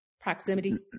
Proximity